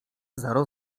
zero